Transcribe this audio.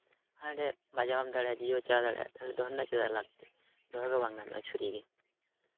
ᱦᱟᱰᱮ ᱵᱟᱡᱟᱣ ᱦᱚᱸᱢ ᱫᱟᱲᱮᱭᱟᱜᱼᱟ ᱡᱤᱣᱤ ᱦᱚᱸ ᱪᱟᱞᱟᱣ ᱫᱟᱲᱮᱭᱟᱜᱼᱟ ᱛᱟᱦᱞᱮ ᱫᱚᱦᱚ ᱨᱮᱱᱟᱜ ᱪᱮᱫᱟᱜ ᱞᱟᱹᱠᱛᱤ ᱫᱚᱦᱚ ᱜᱮ ᱵᱟᱝ ᱜᱟᱱᱚᱜᱼᱟ ᱪᱷᱩᱨᱤ ᱜᱮ